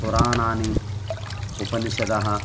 पुराणानि उपनिषदः